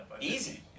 Easy